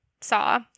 saw